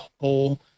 whole